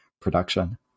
production